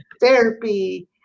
therapy